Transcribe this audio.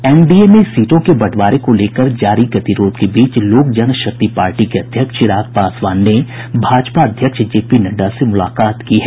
NDA में सीटों के बंटवारे को लेकर जारी गतिरोध के बीच लोक जन शक्ति पार्टी के अध्यक्ष चिराग पासवान ने भाजपा अध्यक्ष जेपी नड्डा से मुलाकात की है